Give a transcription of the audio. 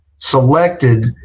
selected